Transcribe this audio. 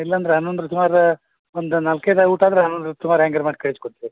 ಇಲ್ಲಂದ್ರೆ ಹನ್ನೊಂದರ ಸುಮಾರು ಒಂದು ನಾಲ್ಕೈದು ಊಟ ಅಂದ್ರೆ ಹನ್ನೊಂದರ ಸುಮಾರು ಹೆಂಗಾರೂ ಮಾಡಿ ಕಳಿಸಿಕೊಡ್ತೀವಿ ರಿ